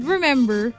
Remember